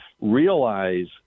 realize